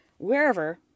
wherever